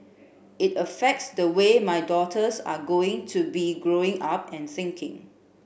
it affects the way my daughters are going to be Growing Up and thinking